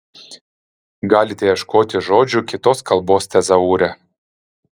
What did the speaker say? galite ieškoti žodžių kitos kalbos tezaure